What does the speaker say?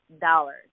dollars